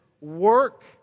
work